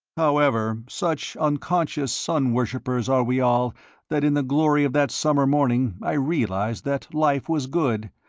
however, such unconscious sun worshippers are we all that in the glory of that summer morning i realized that life was good,